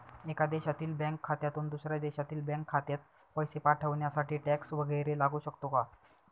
एका देशातील बँक खात्यातून दुसऱ्या देशातील बँक खात्यात पैसे पाठवण्यासाठी टॅक्स वैगरे लागू शकतो का?